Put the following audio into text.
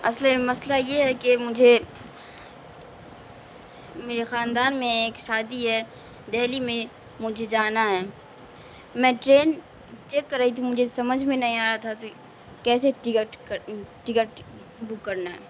اصل مسئلہ یہ ہے کہ مجھے میرے خاندان میں ایک شادی ہے دہلی میں مجھے جانا ہے میں ٹرین چیک کر رہی تھی مجھے سمجھ میں نہیں آ رہا تھا کہ کیسے ٹکٹ ٹکٹ بک کرنا ہے